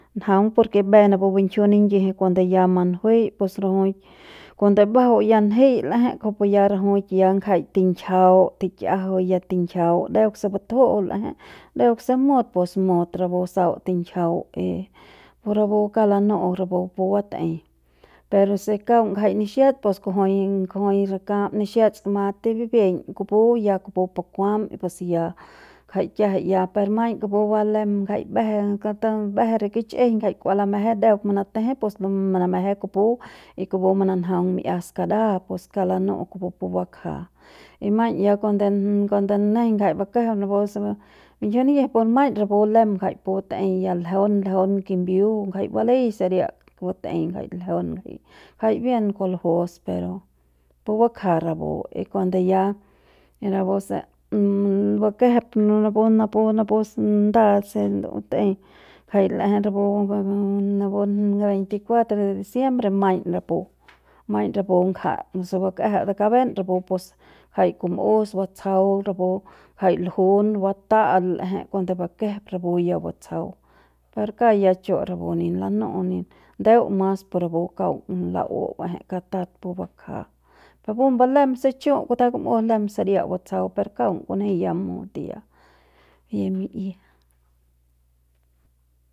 Njaung por ke mbe napu binjiu ningiji cuando ya manjuei pus rajuik cuando mbajau ya njei l'eje kujupu ya rajuik ya ngjai tingjiau tikia'jau ya tingjiau deuk se batju'u le'eje deuk se mut pus mut sapu sau tingjiau y rapu kauk lanu'u rapu pu batei per se kauk ngjai nixets pus kujui kujui rakap nixets mas tibiñ kupu ya kupu pu kuam pus ya ngjai kiajai ya per maiñ kupu ba lem ngjai mbeje mbeje re kichjiñ ngjai kua lameje ndeuk manateje pus lumei nameje kupu y kupu mananjaung mi'ia skadaja pus kauk lanu'u kupu pu bakja y maiñ ya kuande kuande nejei ngjai bakejep napu se nigjiu nigiji pus maiñ napu lem gjai bat'ei ya ljeun ljeun kimbiu ngjai balei saria kupu batei jai ljeun jai bien kuljus pero pu bakja rapu y kuande ya rapu se bakem napu napu napu se nda se batei jai l'eje rapu ba napu de diciembre maiñ rapu maiñ rapu ngja napus e bakem de kaben rapu pus jai kum'us batsjau rapu jai ljun bata'al l'eje kuande bakejep rapu ya batsjau per kauk ya chu rapu ni lanu'u ndeu kas pu rapu kauk la'u ba'eje katat pu bakja rapu lembe se chu' kute kum'us lem saria batsjau per kauk kinji ya mut ya.